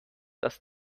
dass